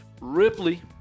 Ripley